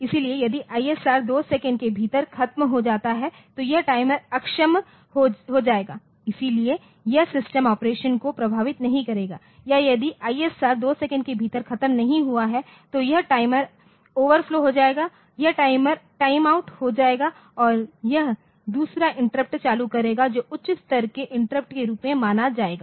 इसलिए यदि ISR 2 second के भीतर खत्म हो जाता है तो यह टाइमर अक्षम हो जाएगा इसलिए यह सिस्टम ऑपरेशन को प्रभावित नहीं करेगा या यदि ISR 2 सेकंड के भीतर खत्म नहीं हुआ है तो यह टाइमर ओवरफ्लो हो जायेगायह टाइम आउट हो जायेगा और यह दूसरा इंटरप्ट चालू करेगा जो उच्च स्तर के इंटरप्ट के रूप में माना जायेगा